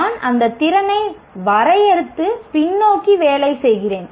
நான் அந்த திறனை வரையறுத்து பின்னோக்கி வேலை செய்கிறேன்